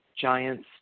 Giants